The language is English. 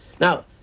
Now